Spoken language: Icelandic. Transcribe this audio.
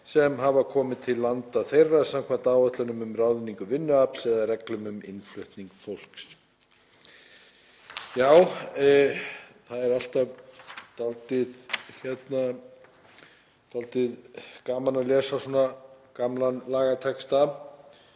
sem hafa komið til landa þeirra samkvæmt áætlunum um ráðningu vinnuafls eða reglum um innflutning fólks.“ Það er alltaf dálítið gaman að lesa svona gamlan lagatexta,